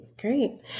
great